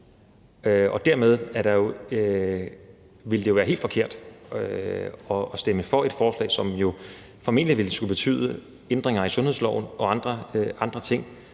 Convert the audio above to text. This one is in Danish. Og dermed ville det jo være helt forkert at stemme for et forslag, som formentlig ville skulle betyde ændringer af sundhedsloven og andre ting,